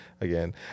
again